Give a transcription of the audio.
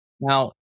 Now